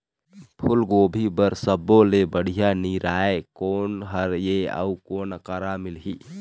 फूलगोभी बर सब्बो ले बढ़िया निरैया कोन हर ये अउ कोन करा मिलही?